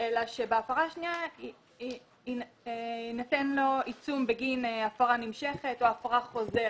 אלא שבהפרה השנייה יינתן לו עיצום בגין הפרה נמשכת או הפרה חוזרת.